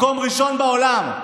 מקום ראשון בעולם.